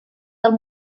del